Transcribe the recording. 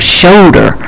shoulder